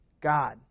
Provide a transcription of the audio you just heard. God